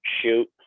shoot